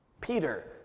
Peter